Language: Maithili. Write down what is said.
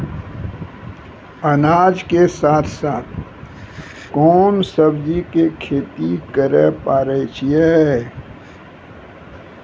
अनाज के साथ साथ कोंन सब्जी के खेती करे पारे छियै?